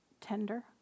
tender